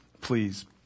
please